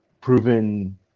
proven